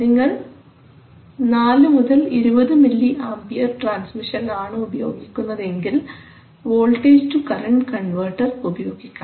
നിങ്ങൾ 4 20 milliampere transmission ആണ് ഉപയോഗിക്കുന്നതെങ്കിൽ വോൾട്ടേജ് റ്റു കറൻറ് കൺവെർട്ടർ ഉപയോഗിക്കാം